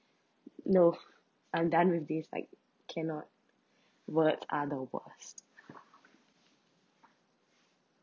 no I'm done with this like cannot birds are the worst